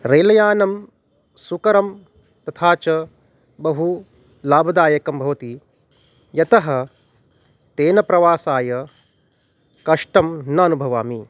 रेलयानं सुकरं तथा च बहु लाभदायकं भवति यतः तेन प्रवासाय कष्टं न अनुभवामि